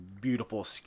beautiful